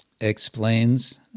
explains